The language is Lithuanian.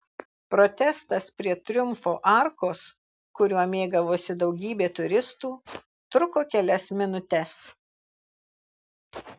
protestas prie triumfo arkos kuriuo mėgavosi daugybė turistų truko kelias minutes